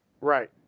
Right